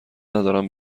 ندارم